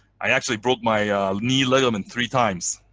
i actually broke my knee ligament three times.